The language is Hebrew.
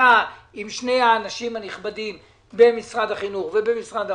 אתה עם שני האנשים הנכבדים במשרד החינוך ובמשרד האוצר,